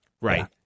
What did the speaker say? Right